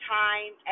time